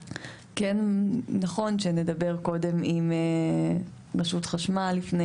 כן נכון שנדבר קודם עם רשות חשמל לפני